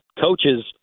coaches